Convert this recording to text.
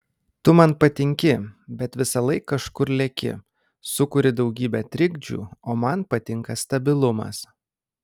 tu man patinki bet visąlaik kažkur leki sukuri daugybę trikdžių o man patinka stabilumas